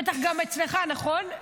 בטח גם אצלך, נכון?